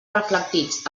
reflectits